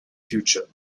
future